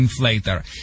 inflator